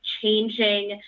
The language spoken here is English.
changing